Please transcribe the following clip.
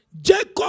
Jacob